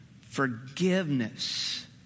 forgiveness